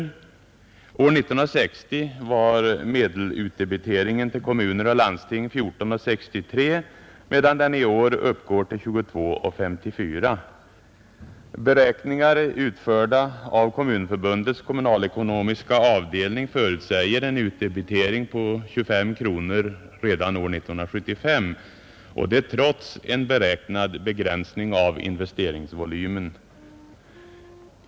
År 1960 var medelutdebiteringen till kommuner och landsting 14:63 kronor medan den i år uppgår till 22:54 kronor. Beräkningar utförda av Kommunförbundets kommunalekonomiska avdelning förutsäger en utdebitering på 25 kronor redan år 1975, trots en beräknad begränsning av investeringsvolymen.